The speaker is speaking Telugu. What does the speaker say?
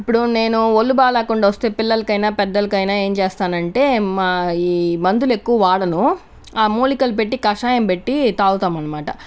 ఇప్పుడు నేను వొళ్ళు బాగాలేకుండొస్తే పిల్లలకైనా పెద్దలకైనా ఎం చేస్తానంటే మా ఈ మందులు ఎక్కువ వాడను ఆ మూలికలు పెట్టి కషాయం పెట్టి తాగుతాం అన్మాట